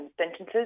sentences